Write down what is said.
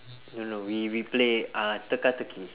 no no we we play uh teka teki